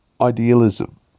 idealism